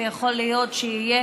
ויכול להיות שיהיה